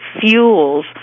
fuels